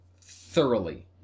thoroughly